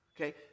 Okay